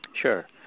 Sure